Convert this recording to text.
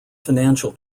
financial